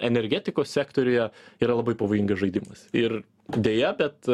energetikos sektoriuje yra labai pavojingas žaidimas ir deja bet